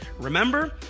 remember